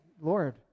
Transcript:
Lord